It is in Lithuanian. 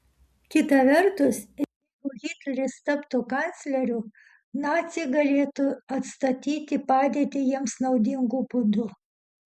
kita vertus jeigu hitleris taptų kancleriu naciai galėtų atstatyti padėtį jiems naudingu būdu